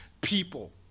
people